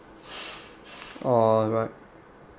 alright